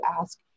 ask